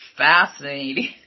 Fascinating